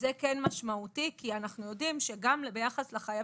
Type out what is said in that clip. וזה כן משמעותי כי אנחנו יודעים שגם ביחס לחייבים,